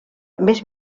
més